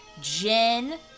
Jen